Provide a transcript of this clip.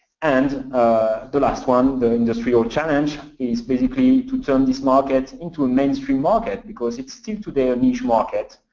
and the last one, the industrial challenge, is basically to turn this market into a mainstream market, because it's still today a and huge market,